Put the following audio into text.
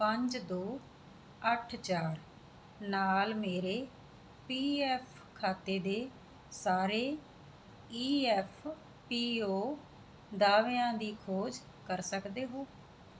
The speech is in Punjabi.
ਪੰਜ ਦੋ ਅੱਠ ਚਾਰ ਨਾਲ ਮੇਰੇ ਪੀ ਐੱਫ ਖਾਤੇ ਦੇ ਸਾਰੇ ਈ ਐੱਫ ਪੀ ਔ ਦਾਅਵਿਆਂ ਦੀ ਖੋਜ ਕਰ ਸਕਦੇ ਹੋ